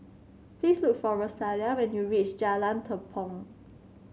please look for Rosalia when you reach Jalan Tepong